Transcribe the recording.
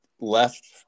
left